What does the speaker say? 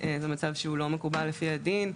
זה מצב שהוא לא מקובל לפי הדין.